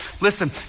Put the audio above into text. Listen